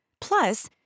Plus